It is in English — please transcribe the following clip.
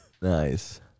nice